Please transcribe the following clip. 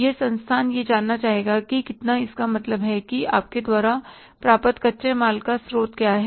वह संस्थान यह जानना चाहेगा कि कितना इसका मतलब है कि आपके द्वारा प्राप्त कच्चे माल का स्रोत क्या है